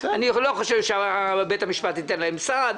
אני לא חושב שבית-המשפט ייתן להם סעד,